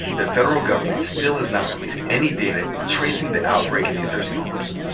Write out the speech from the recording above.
the federal government still has not released any data tracing the outbreak in these nursing homes.